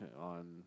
on